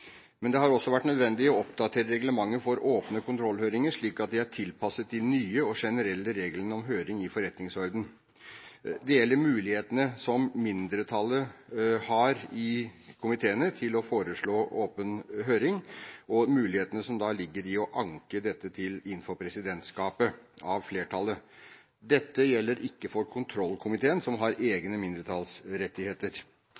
Men det har også vært nødvendig å oppdatere reglementet for åpne kontrollhøringer slik at det er tilpasset de nye og generelle reglene om høring i forretningsordenen. Det gjelder mulighetene som mindretallet har i komiteene til å foreslå åpen høring, og mulighetene som da ligger i å anke dette inn for presidentskapet av flertallet. Dette gjelder ikke for kontrollkomiteen, som har